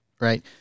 Right